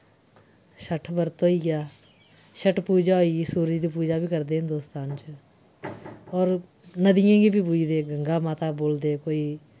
छठ बरत होई गेआ छठ पूजा होई गेई सूरज दी पूजा बी करदे हिंदुस्तान च होर नदियें गी बी पूजदे गंगा माता बोलदे कोई